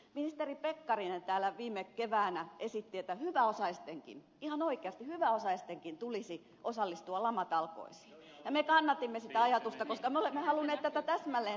ministeri pekkarinen täällä viime keväänä esitti että hyväosaistenkin ihan oikeasti hyväosaistenkin tulisi osallistua lamatalkoisiin ja me kannatimme sitä ajatusta koska me olemme halunneet täsmälleen tätä samaa